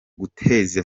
guteza